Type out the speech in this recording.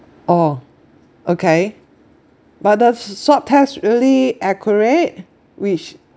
oh okay but the s~ swab test really accurate which